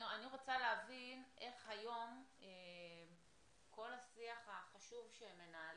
אני רוצה להבין איך היום כל השיח שמנהלים,